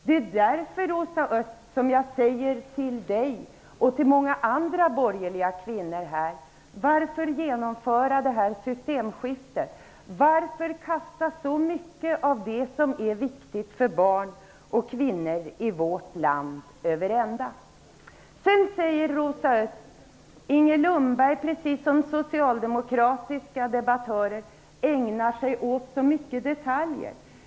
Det är därför som jag säger till Rosa Östh och till många andra borgerliga kvinnor: Varför skall vi genomföra det här systemskiftet? Varför skall vi kasta så mycket av det som är viktigt för barn och kvinnor i vårt land över ända? Sedan säger Rosa Östh att jag liksom andra socialdemokratiska debattörer ägnar mig åt så mycket detaljer.